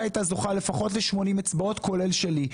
הייתה זוכה לפחות ל-80 אצבעות כולל שלי.